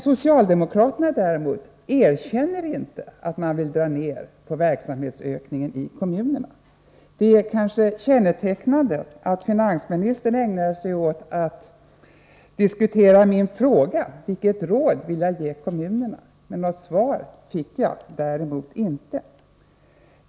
Socialdemokraterna däremot erkänner inte att de vill dra ned på verksamhetsökningen i kommunerna. Det är ganska betecknande att finansministern ägnar sig åt att diskutera min frågeställning om vilket råd han vill ge kommunerna. Men något svar fick jag inte.